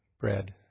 bread